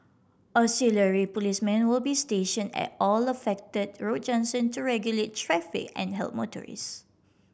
auxiliary policemen will be station at all affect road junction to regulate traffic and help motorists